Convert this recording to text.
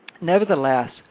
Nevertheless